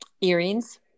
Earrings